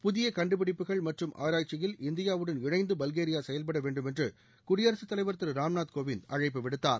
புதிய கண்டுபிடிப்புகள் மற்றும் ஆராய்ச்சியில் இந்தியாவுடன் இணைந்து பல்கேரியா செயல்பட வேண்டும் என்று குடியரசுத் தலைவர் திரு ராம்நாத் கோவிந்த் அழைப்பு விடுத்தார்